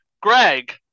Greg